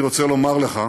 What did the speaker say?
אני רוצה לומר לך